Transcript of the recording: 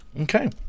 Okay